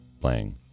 playing